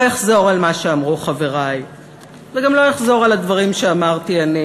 לא אחזור על מה שאמרו חברי ולא אחזור על הדברים שאמרתי אני,